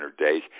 days